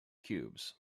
cubes